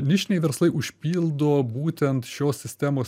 nišiniai verslai užpildo būtent šios sistemos